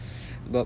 sebab